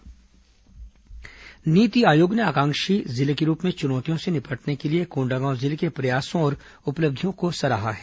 कोंडागांव आकांक्षी जिला नीति आयोग ने आकांक्षी जिले के रूप में चुनौतियों से निपटने के लिए कोंडागांव जिले के प्रयासों और उपलब्धियों को सराहा है